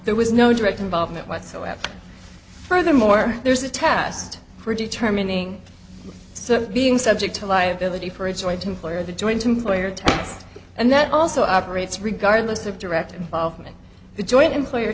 there was no direct involvement whatsoever furthermore there's a test for determining so being subject to liability for a joint employer the joint employer and that also operates regardless of direct involvement the joint employer